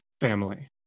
family